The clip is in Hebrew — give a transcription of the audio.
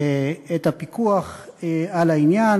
את הפיקוח על העניין.